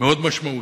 מאוד משמעותיים.